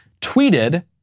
tweeted